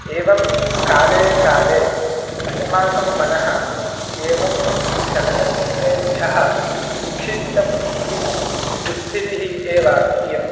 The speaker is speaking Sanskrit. एवं काले काले अस्माकं मनः एवं चलनचित्रेभ्यः विक्षिप्तम् इति दुस्थितिः एव इयं